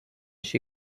she